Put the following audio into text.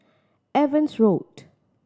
Evans Road